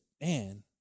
man